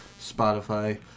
Spotify